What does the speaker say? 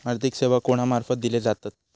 आर्थिक सेवा कोणा मार्फत दिले जातत?